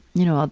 you know,